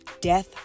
death